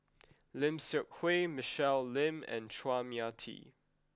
Lim Seok Hui Michelle Lim and Chua Mia Tee